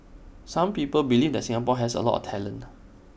some people believe that Singapore has A lot of talent